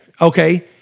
okay